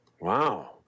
Wow